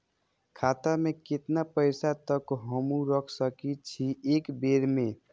खाता में केतना पैसा तक हमू रख सकी छी एक बेर में?